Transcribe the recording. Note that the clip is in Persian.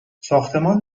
ساختمان